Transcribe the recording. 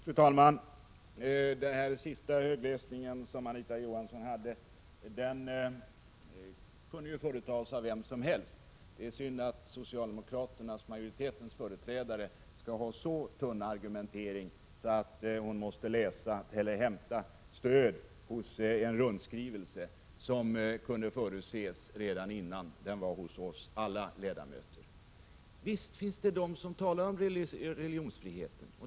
Fru talman! Anita Johanssons högläsning kunde ju företas av vem som helst. Det är synd att majoritetens företrädare skall ha så tunna argument att hon måste hämta stöd hos en rundskrivelse som kunde förutses innan den nått alla ledamöter. Visst finns det de som talar om religionsfriheten.